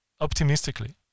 optimistically